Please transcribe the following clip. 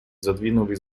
задвинули